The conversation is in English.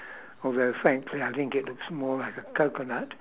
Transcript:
although frankly I think it looks more like a coconut